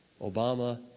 Obama